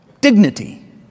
dignity